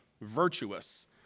virtuous